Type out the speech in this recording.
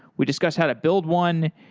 we discuss how to build one,